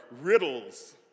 riddles